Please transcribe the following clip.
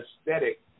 aesthetic